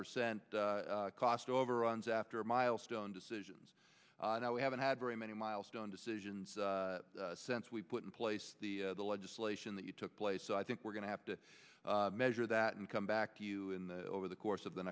percent cost overruns after milestone decisions that we haven't had very many milestone decisions since we put in place the legislation that you took place so i think we're going to have to measure that and come back to you in the over the course of the